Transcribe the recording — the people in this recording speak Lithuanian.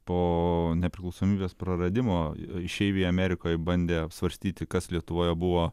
po nepriklausomybės praradimo išeivija amerikoj bandė apsvarstyti kas lietuvoje buvo